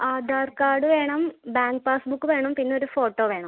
Aadhaar card വേണം bank passbook വേണം പിന്നൊരു ഫോട്ടോ വേണം